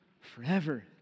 forever